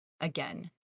again